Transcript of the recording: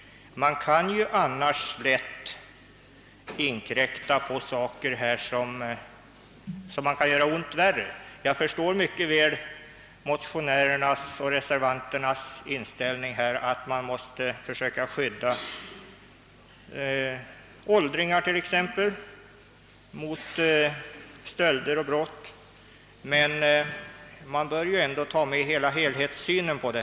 Man kan annars lätt inkräkta på andra yrkesområden. Jag förstår mycket väl motionärernas och reservanternas inställ ning. Vi måste försöka skydda exempelvis åldringar mot stölder och brott men bör ändå pröva helheten.